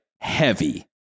Heavy